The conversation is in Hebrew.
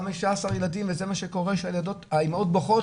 חמשה עשר ילדים וזה מה שקורה שהאימהות בוכות,